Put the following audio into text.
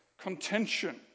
contention